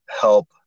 help